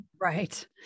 Right